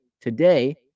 today